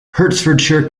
hertfordshire